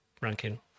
ranking